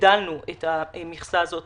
הגדלנו את המכסה הזאת